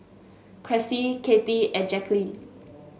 Cressie Kathy and Jaqueline